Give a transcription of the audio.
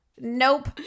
Nope